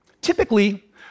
Typically